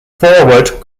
forward